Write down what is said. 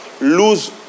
lose